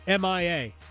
MIA